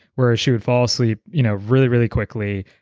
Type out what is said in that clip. where she would fall asleep you know really, really quickly,